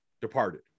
Departed